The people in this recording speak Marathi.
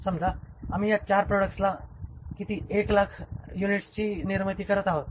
समजा आम्ही या चार प्रॉडक्ट्सच्या किती 1 लाख युनिट्सची निर्मिती करीत आहोत